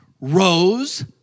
rose